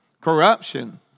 Corruption